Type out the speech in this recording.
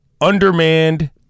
Undermanned